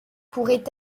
pourrait